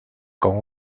con